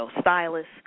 stylists